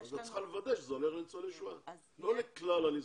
את צריכה לוודא שזה הולך לניצולי שואה ולא לכלל הנזקקים.